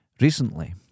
Recently